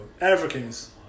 Africans